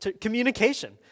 Communication